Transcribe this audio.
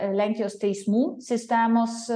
lenkijos teismų sistemos